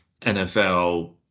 NFL